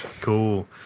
Cool